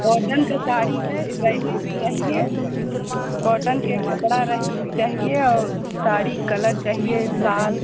cotton की साड़ी है वही चाहिए कॉटन के कपड़ा रहे चाहिए और साड़ी कलर चाहिए लाल